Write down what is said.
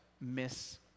miss